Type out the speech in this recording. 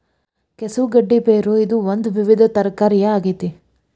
ಕೆಸವು ಗಡ್ಡಿ ಬೇರು ಇದು ಒಂದು ವಿವಿಧ ತರಕಾರಿಯ ಆಗೇತಿ